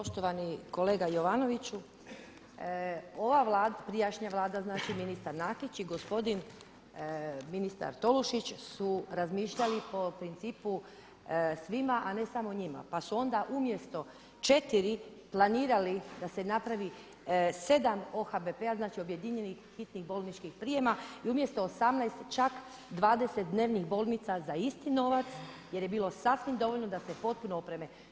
Poštovani kolega Jovanoviću, ova prijašnja Vlada znači ministar Nakić i gospodin ministar Tolušić su razmišljali po principu svima, a ne samo njima, pa su onda umjesto 4 planirali da se napravi 7 OHBP-a znači objedinjenih hitnih bolničkih prijema i umjesto 18 čak 20 dnevnih bolnica za isti novac jer je bilo sasvim dovoljno da se potpuno opreme.